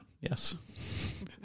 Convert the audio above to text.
yes